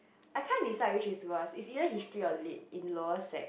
I can't decide which is worse is either history or lit in lower sec